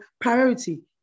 priority